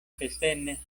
festene